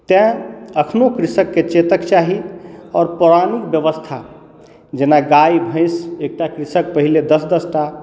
तैँ एखनो कृषकके चेतक चाही आओर पौराणिक व्यवस्था जेना गाय भैँस एकटा कृषक पहिने दस दस टा